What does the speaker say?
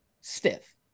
Stiff